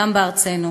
גם בארצנו,